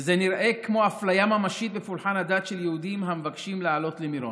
וזה נראה כמו אפליה ממשית בפולחן הדת של יהודים המבקשים לעלות למירון.